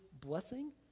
blessing